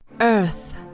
Earth